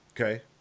Okay